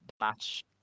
match